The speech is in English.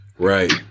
Right